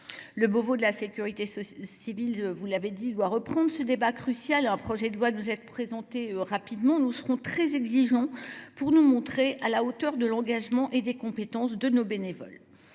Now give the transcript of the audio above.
Le Beauvau de la sécurité civile, vous l’avez dit, monsieur le ministre, doit reprendre ce débat crucial et un projet de loi doit nous être présenté rapidement. Nous serons très exigeants pour nous montrer à la hauteur de l’engagement et des compétences de nos bénévoles.